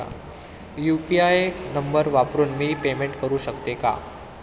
UPI number वापरून मी payment करू शकते का?